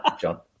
John